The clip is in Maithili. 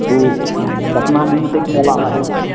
ओ कतना दिन तक मेला लगैत छै